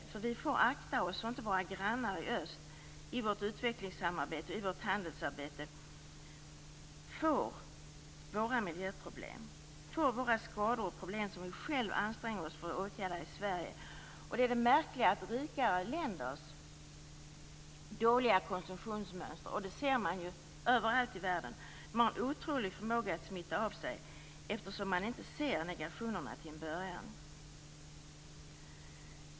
Vi får nämligen akta oss så att inte våra grannar i öst genom vårt utvecklingssamarbete och handelsutbyte får våra miljöproblem, de skador och problem som vi själva anstränger oss för att åtgärda i Sverige. Det är märkligt hur rika länders dåliga konsumtionsmönster - det ser man överallt i världen - har en otrolig förmåga att smitta av sig, eftersom man inte ser nackdelarna till en början.